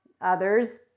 others